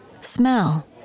Smell